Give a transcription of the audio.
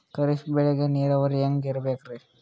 ಖರೀಫ್ ಬೇಳಿಗ ನೀರಾವರಿ ಹ್ಯಾಂಗ್ ಇರ್ಬೇಕರಿ?